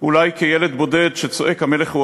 אולי כילד בודד שצועק "המלך הוא